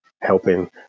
Helping